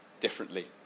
differently